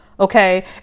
Okay